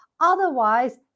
Otherwise